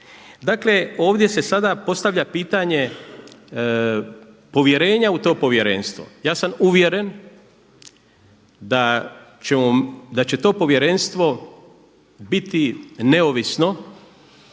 Dakle, ovdje se sada postavlja pitanje povjerenja u to povjerenstvo. Ja sam uvjeren da će to povjerenstvo biti neovisno,